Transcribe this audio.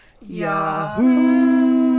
yahoo